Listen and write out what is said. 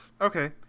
Okay